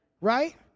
Right